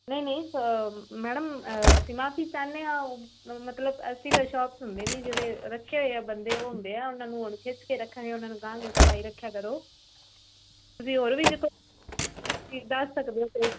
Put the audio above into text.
ਨਹੀਂ ਨਹੀਂ ਸ ਮੈਡਮ ਅਸੀਂ ਮਾਫ਼ੀ ਚਾਹੁੰਦੇ ਹਾਂ ਮਤਲਬ ਅਸੀਂ ਤਾਂ ਸ਼ੋਪ 'ਚ ਹੁੰਦੇ ਨਹੀਂ ਜਿਹੜੇ ਰੱਖੇ ਹੋਏ ਹੈ ਬੰਦੇ ਉਹ ਹੁੰਦੇ ਆ ਉਨ੍ਹਾਂ ਨੂੰ ਹੁਣ ਖਿੱਚ ਕੇ ਰੱਖਾਂਗੇ ਉਨ੍ਹਾਂ ਨੂੰ ਕਹਾਂਗੇ ਸਫ਼ਾਈ ਰੱਖਿਆ ਕਰੋ ਤੁਸੀਂ ਹੋਰ ਵੀ ਜੇ ਕੋਈ ਦੱਸ ਸਕਦੇ ਹੋ